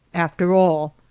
after all,